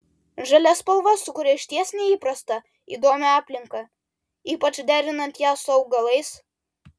žalia spalva sukuria išties neįprastą įdomią aplinką ypač derinant ją su augalais